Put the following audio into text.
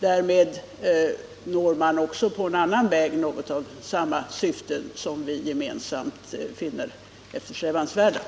Därmed når man också på en annan väg något av samma syfte som vi gemensamt finner eftersträvansvärt.